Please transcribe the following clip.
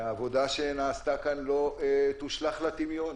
העבודה שנעשתה כאן לא תושלך לטמיון.